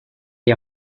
est